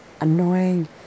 annoying